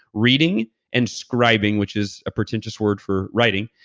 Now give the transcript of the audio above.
reading and scribing, which is a pretentious word for writing.